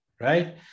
right